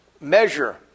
measure